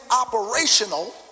operational